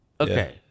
Okay